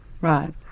Right